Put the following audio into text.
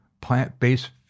plant-based